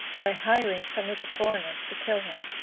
by hiring some of the foreigners to kill him.